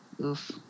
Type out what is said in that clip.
Oof